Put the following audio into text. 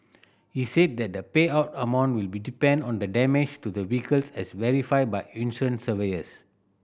he said that the payout amount will be depend on the damage to the vehicles as verified by insurance surveyors